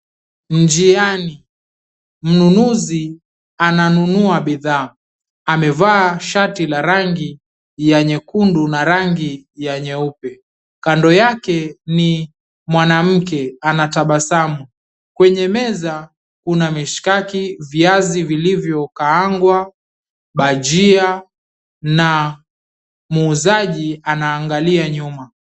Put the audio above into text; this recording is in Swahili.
Njiani mnunuzi ananunua bidhaa amevaa shati la rangi ya nyekundu na rangi ya nyeupe kando yake ni mwanamke anatabasamu kwenye meza kuna mishikaki, viazi vilivyokaangwa, bajia na muuzaji anaangalia nyuma.